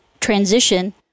transition